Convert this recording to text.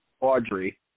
Audrey